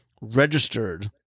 registered